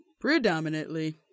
Predominantly